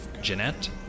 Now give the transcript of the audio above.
Jeanette